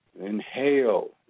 inhale